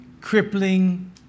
crippling